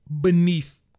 beneath